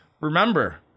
remember